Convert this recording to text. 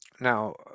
Now